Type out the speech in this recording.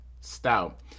stout